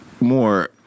more